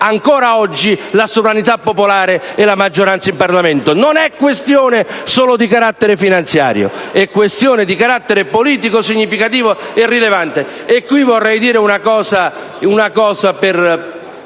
ancora oggi, la sovranità popolare e la maggioranza in Parlamento. Non è una questione solo di carattere finanziario, ma di carattere politico significativo e rilevante. Vorrei infine dire una cosa per